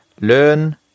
Learn